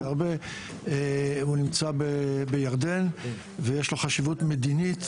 הוא נמצא בירדן ויש לו חשיבות מדינית